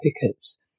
pickets